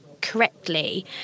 correctly